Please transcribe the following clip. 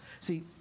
See